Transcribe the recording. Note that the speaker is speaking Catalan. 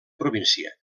província